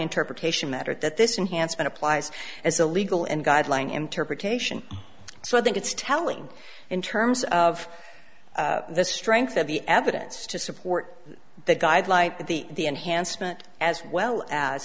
interpretation matter that this enhanced applies as a legal and guideline interpretation so i think it's telling in terms of the strength of the evidence to support the guideline that the the enhancement as well as